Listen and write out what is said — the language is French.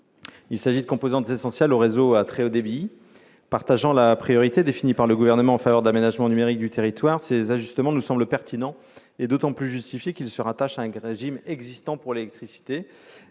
Il s'agit de composantes essentielles aux réseaux à très haut débit. Partageant la priorité définie par le Gouvernement en faveur de l'aménagement numérique du territoire, ces ajustements nous semblent pertinents et d'autant plus justifiés qu'ils se rattachent, concordance bienvenue, à un régime existant pour l'électricité.